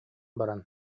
баран